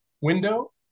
window